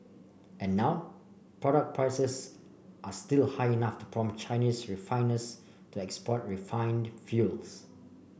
and now product prices are still high enough to prompt Chinese refiners to export refined fuels